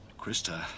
Krista